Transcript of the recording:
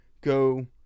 go